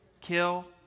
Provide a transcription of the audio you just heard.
kill